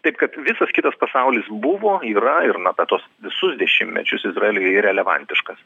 taip kad visas kitas pasaulis buvo yra ir na per tuos visus dešimtmečius izraeliui relevantiškas